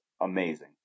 amazing